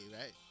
right